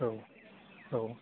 औ औ